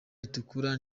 ritukura